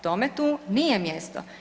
Tome tu nije mjesto.